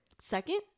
Second